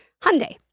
Hyundai